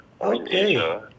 Okay